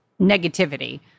negativity